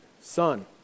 Son